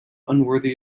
unworthy